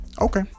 Okay